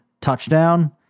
touchdown